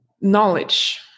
knowledge